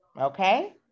Okay